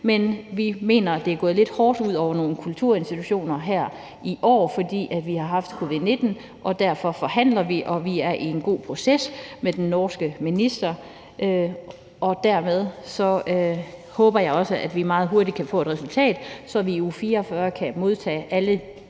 men vi mener, at det er gået lidt hårdt ud over nogle kulturinstitutioner her i år, fordi vi har haft covid-19, og derfor forhandler vi. Vi er i en god proces med den nordiske minister, og dermed håber jeg også, at vi meget hurtigt kan få et resultat, så vi i uge 44 kan modtage alle